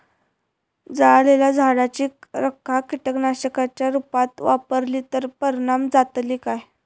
जळालेल्या झाडाची रखा कीटकनाशकांच्या रुपात वापरली तर परिणाम जातली काय?